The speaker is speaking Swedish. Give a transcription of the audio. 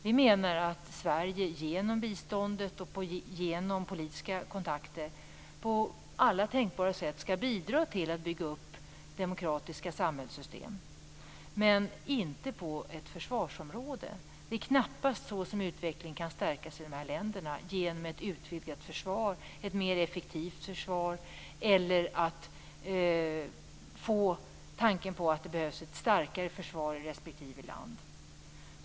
Vi menar att Sverige genom biståndet och genom politiska kontakter på alla tänkbara sätt skall bidra till att bygga upp demokratiska samhällssystem, dock inte på försvarsområdet. Det är knappast så som utvecklingen i de här länderna kan stärkas. Det kan inte ske genom tankar om att det behövs ett utvidgat och mer effektivt försvar i respektive land.